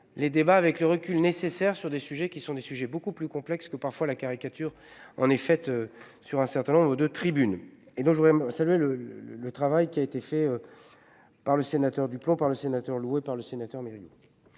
les débats avec le recul nécessaire sur des sujets qui sont des sujets beaucoup plus complexe que parfois la caricature. On est faite sur un certain nombre de tribune et dont je voudrais saluer le travail qui a été fait. Par le sénateur du plomb par le sénateur loué par le sénateur.